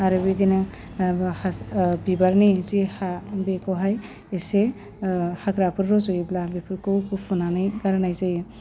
आरो बिदिनो ओह बिबारनि जि हा बिखौहाय एसे हाग्राफोर रज'योब्ला बेफोरखौ बुखुनानै गारनाय जायो